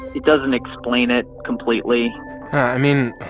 it doesn't explain it completely i mean,